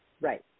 Right